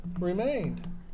remained